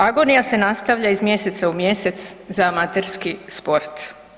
Agonija se nastavlja iz mjeseca u mjesec za amaterski sport.